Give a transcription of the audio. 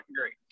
great